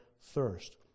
thirst